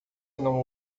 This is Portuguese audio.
não